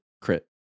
crit